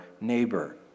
neighbor